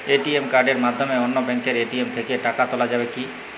ATM কার্ডের মাধ্যমে অন্য ব্যাঙ্কের এ.টি.এম থেকে টাকা তোলা যাবে কি?